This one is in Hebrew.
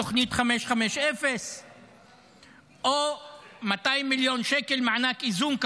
תוכנית 550. או 200 מיליון שקל מענק איזון,